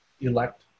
elect